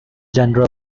general